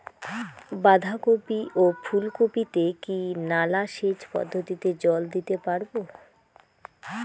বাধা কপি ও ফুল কপি তে কি নালা সেচ পদ্ধতিতে জল দিতে পারবো?